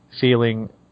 feeling